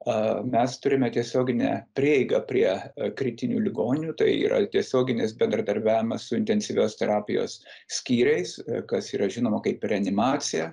a mes turime tiesioginę prieigą prie kritinių ligonių tai yra tiesioginis bendradarbiavimas su intensyvios terapijos skyriais kas yra žinoma kaip reanimacija